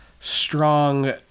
strong